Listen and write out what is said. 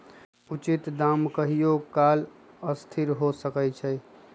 उचित दाम कहियों काल असथिर हो सकइ छै